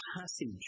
passage